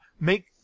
make